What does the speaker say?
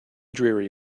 dreary